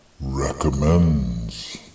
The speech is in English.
recommends